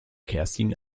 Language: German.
kerstin